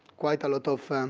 quite a lot of